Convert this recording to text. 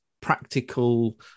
practical